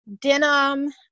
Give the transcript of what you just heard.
denim